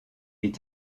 est